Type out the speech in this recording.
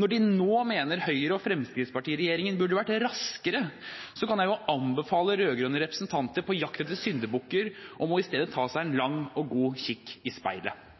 Når de nå mener at Høyre–Fremskrittsparti-regjeringen burde ha vært raskere, kan jeg jo anbefale rød-grønne representanter på jakt etter syndebukker isteden å ta seg en lang og god kikk i speilet.